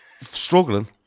struggling